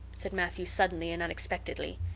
said matthew suddenly and unexpectedly.